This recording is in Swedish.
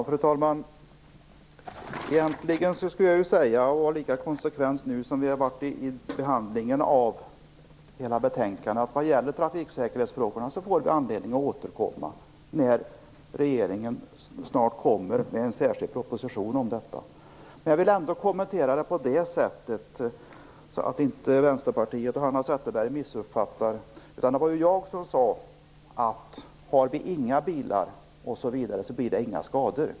Fru talman! Egentligen skulle jag vara lika konsekvent nu som vi har varit vid behandlingen av hela betänkandet och säga att vad gäller trafiksäkerhetsfrågorna får vi anledning att återkomma när regeringen snart kommer med en särskild proposition om detta. Men jag vill ändå göra kommentaren, så att inte Vänsterpartiet och Hanna Zetterberg missuppfattar, att det var jag som sade att om vi inte har några bilar blir det inga skador.